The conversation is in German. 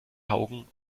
augen